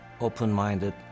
open-minded